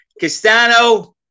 Castano